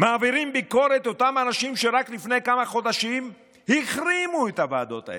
מעבירים ביקורת אותם אנשים שרק לפני כמה חודשים החרימו את הוועדות האלה,